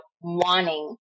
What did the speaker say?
wanting